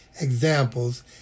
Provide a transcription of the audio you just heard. examples